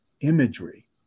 imagery